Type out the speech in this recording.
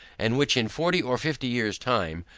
and which in forty or fifty years time,